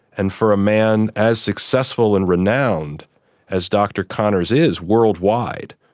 and for a man as successful and renowned as dr conners is worldwide,